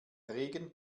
regen